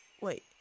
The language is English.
Wait